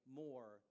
more